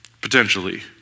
potentially